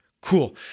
cool